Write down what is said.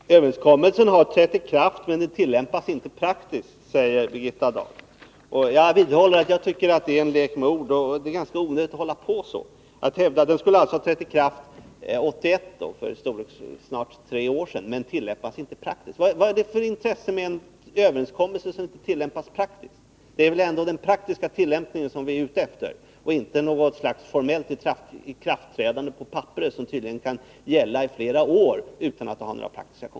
Herr talman! Överenskommelsen har trätt i kraft, men den tillämpas inte praktiskt, säger Birgitta Dahl. Jag vidhåller att det är en lek med ord. Det är ganska onödigt att hålla på så. Överenskommelsen skall alltså ha trätt i kraft 1981, dvs. för snart tre år sedan, men tillämpas inte praktiskt. Vad är det för intressant med en överenskommelse som inte tillämpas praktiskt? Det är väl ändå den praktiska tillämpningen som vi är ute efter och inte något slags formellt ikraftträdande på papperet, som tydligen kan gälla i flera år utan praktiska konsekvenser.